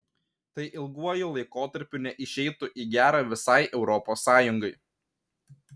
tai ilguoju laikotarpiu neišeitų į gera visai europos sąjungai